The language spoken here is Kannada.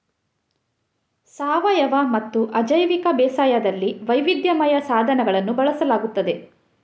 ಸಾವಯವಮತ್ತು ಅಜೈವಿಕ ಬೇಸಾಯದಲ್ಲಿ ವೈವಿಧ್ಯಮಯ ಸಾಧನಗಳನ್ನು ಬಳಸಲಾಗುತ್ತದೆ